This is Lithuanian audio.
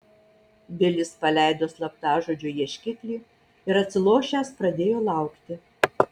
bilis paleido slaptažodžio ieškiklį ir atsilošęs pradėjo laukti